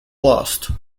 last